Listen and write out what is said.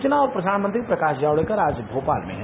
सूचना और प्रसारण मंत्री प्रकाश जावड़ेकर आज भोपाल में हैं